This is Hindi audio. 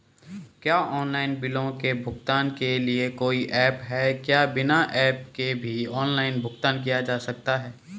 क्या ऑनलाइन बिलों के भुगतान के लिए कोई ऐप है क्या बिना ऐप के भी ऑनलाइन भुगतान किया जा सकता है?